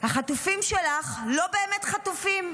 החטופים שלך לא באמת חטופים,